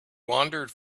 wandered